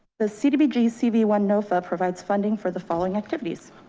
the cdbg cv one nofa provides funding for the following activities,